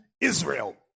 Israel